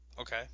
Okay